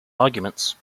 arguments